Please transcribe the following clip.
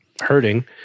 hurting